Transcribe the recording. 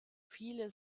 viele